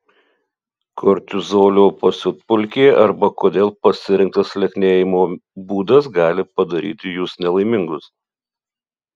kortizolio pasiutpolkė arba kodėl pasirinktas lieknėjimo būdas gali padaryti jus nelaimingus